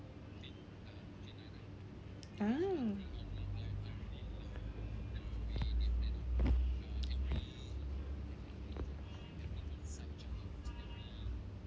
mm